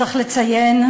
צריך לציין,